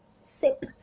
sip